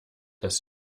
dass